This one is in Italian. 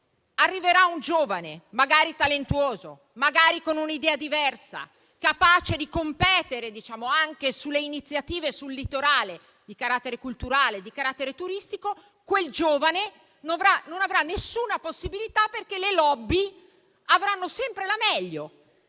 arriverà un giovane, magari talentuoso, magari con un'idea diversa, capace di competere anche sulle iniziative sul litorale di carattere culturale e turistico, quel giovane non avrà nessuna possibilità, perché le *lobby* avranno sempre la meglio.